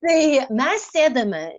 tai mes sėdame